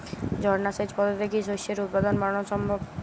ঝর্না সেচ পদ্ধতিতে কি শস্যের উৎপাদন বাড়ানো সম্ভব?